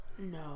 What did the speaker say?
No